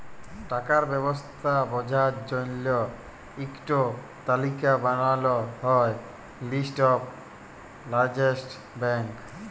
টাকার ব্যবস্থা বঝার জল্য ইক টো তালিকা বানাল হ্যয় লিস্ট অফ লার্জেস্ট ব্যাঙ্ক